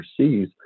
overseas